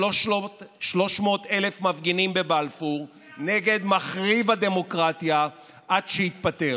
300,000 מפגינים בבלפור נגד מחריב הדמוקרטיה עד שיתפטר.